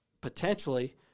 potentially